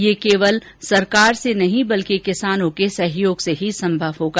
यह केवल सरकार से नहीं बल्कि किसानों के सहयोग र्स ही होगा